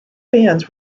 fans